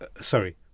Sorry